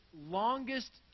longest